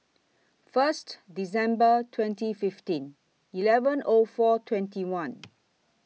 First December twenty fifteen eleven O four twenty one